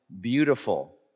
beautiful